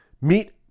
meet